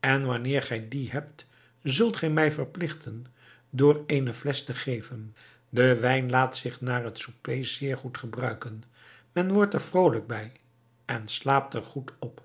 en wanneer gij die hebt zult gij mij verpligten door eene flesch te geven de wijn laat zich na het souper zeer goed gebruiken men wordt er vrolijk bij en slaapt er goed op